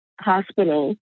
hospital